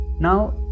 Now